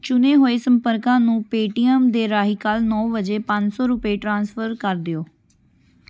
ਚੁਣੇ ਹੋਏ ਸੰਪਰਕਾਂ ਨੂੰ ਪੇਟੀਐੱਮ ਦੇ ਰਾਹੀਂ ਕੱਲ ਨੌ ਵਜੇ ਪੰਜ ਸੌ ਰੁਪਏ ਟ੍ਰਾਂਸਫਰ ਕਰ ਦਿਉ